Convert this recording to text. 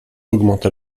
augmente